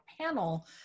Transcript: panel